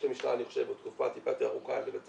אני חושב שלמשטרה יש תקופה טיפה יותר ארוכה לבצע